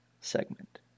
segment